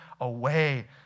away